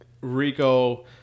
Rico